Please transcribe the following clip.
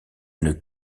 une